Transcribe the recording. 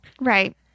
Right